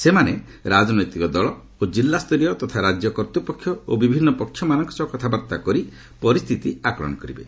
ସେମାନେ ରାଜନୈତିକ ଦଳ ଓ ଜିଲ୍ଲା ସ୍ତରୀୟ ତଥା ରାଜ୍ୟ କର୍ତ୍ତପକ୍ଷ ତଥା ବିଭିନ୍ନ ପକ୍ଷମାନଙ୍କ ସହ କଥାବାର୍ତ୍ତା କରି ପରିସ୍ଥିତି ଆକଳନ କରିବେ